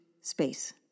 space